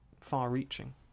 far-reaching